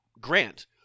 Grant